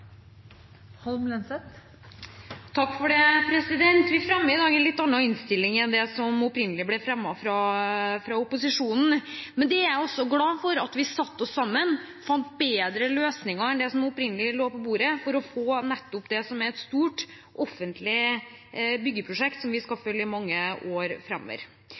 viktig at de er strenge. Vi behandler i dag en litt annen innstilling enn det representantforslaget som opprinnelig ble fremmet fra opposisjonen. Men jeg er glad for at vi satte oss sammen og fant bedre løsninger enn det som opprinnelig lå på bordet, for å få det som er et stort offentlig byggeprosjekt, som vi skal følge i mange år framover.